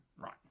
Right